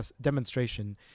Demonstration